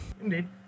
Indeed